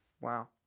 Wow